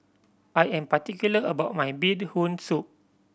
I am particular about my Bee Hoon Soup